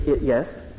Yes